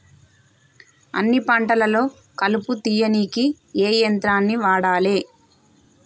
అన్ని పంటలలో కలుపు తీయనీకి ఏ యంత్రాన్ని వాడాలే?